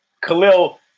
Khalil